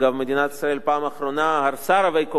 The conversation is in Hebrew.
מדינת ישראל בפעם האחרונה הרסה רבי-קומות,